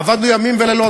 עבדנו ימים ולילות,